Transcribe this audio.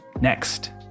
next